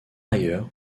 ailleurs